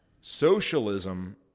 Socialism